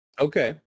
Okay